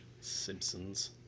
Simpsons